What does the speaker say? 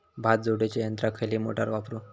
भात झोडूच्या यंत्राक खयली मोटार वापरू?